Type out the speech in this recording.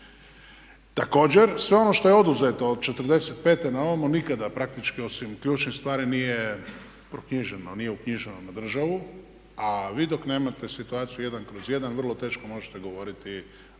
Također sve ono što je oduzeto od 45.-e na ovamo nikada praktički osim ključnih stvari nije proknjiženo, nije uknjiženo na državu a vi dok nemate situaciju 1/1 vrlo teško možete govoriti o